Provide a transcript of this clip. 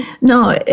No